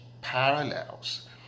parallels